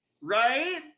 Right